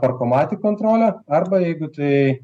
parkomatic kontrole arba jeigu tai